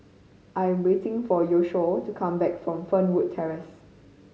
I am waiting for Yoshio to come back from Fernwood Terrace